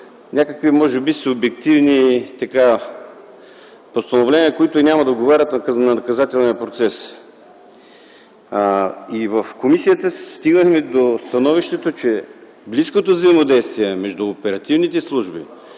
някакви може би субективни постановления, които няма да отговарят на наказателния процес. В комисията стигнахме до становището, че близкото взаимодействие между оперативните служби